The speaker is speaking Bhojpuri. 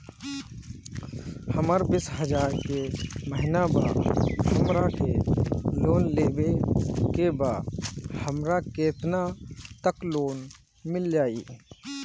हमर बिस हजार के महिना बा हमरा के लोन लेबे के बा हमरा केतना तक लोन मिल जाई?